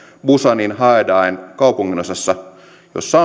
busanin haeundaen kaupunginosassa jossa